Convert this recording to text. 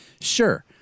sure